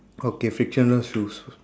okay frictionless shoes